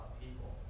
people